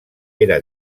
era